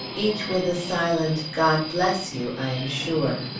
each with a silent god bless you, i am sure.